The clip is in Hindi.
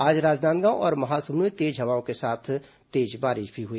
आज राजनांदगांव और महासमुंद में तेज हवाओं के साथ तेज बारिश हुई